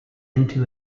into